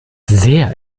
sehr